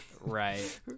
Right